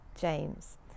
James